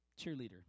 cheerleader